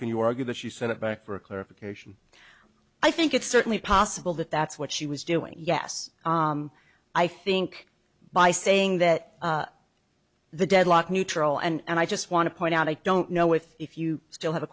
can you argue that she sent it back for clarification i think it's certainly possible that that's what she was doing yes i think by saying that the deadlock neutral and i just want to point out i don't know if if you still have a